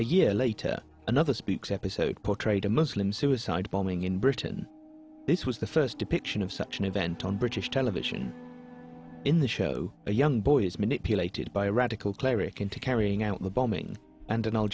a year later another speaks episode portrayed a muslim suicide bombing in britain this was the first depiction of such an event on british television in the show a young boy is manipulated by a radical cleric into carrying out the bombing and an